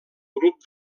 grup